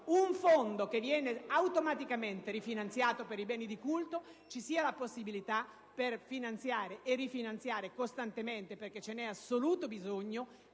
un fondo che viene automaticamente rifinanziato per i beni di culto, vi sia la possibilità di finanziare e rifinanziare costantemente (perché ce n'è assoluto bisogno)